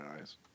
eyes